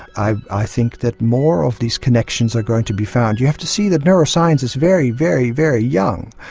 i i think that more of these connections are going to be found. you have to see that neuroscience is very, very very young.